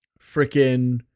freaking